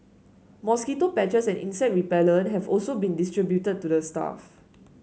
mosquito patches and insect repellent have also been distributed to the staff